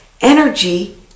energy